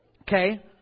Okay